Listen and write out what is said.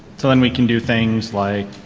so then we can do things like